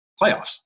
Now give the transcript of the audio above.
playoffs